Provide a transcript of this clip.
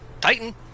Titan